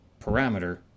parameter